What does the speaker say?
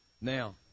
Now